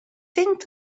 tinkt